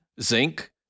zinc